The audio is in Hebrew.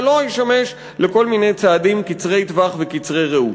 ולא ישמש לכל מיני צעדים קצרי טווח וקצרי ראות.